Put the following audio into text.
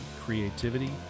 creativity